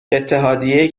اتحادیه